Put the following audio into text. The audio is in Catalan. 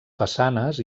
façanes